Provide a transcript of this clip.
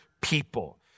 people